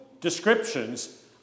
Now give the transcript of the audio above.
descriptions